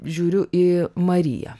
žiūriu į mariją